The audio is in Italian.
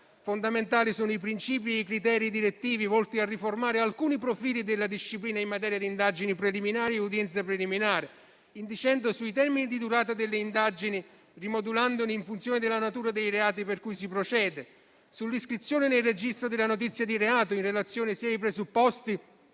fondamentali sono i principi e i criteri direttivi volti a riformare alcuni profili della disciplina in materia di indagini preliminari e udienza preliminare, incidendo sui termini di durata delle indagini, rimodulandoli in funzione della natura dei reati per cui si procede; sull'iscrizione nel registro della notizia di reato in relazione sia ai presupposti